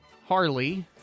harley